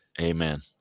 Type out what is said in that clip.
Amen